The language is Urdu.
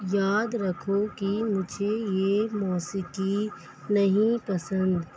یاد رکھو کہ مجھے یہ موسیقی نہیں پسند